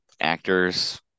actors